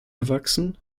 gewachsen